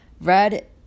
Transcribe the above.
Red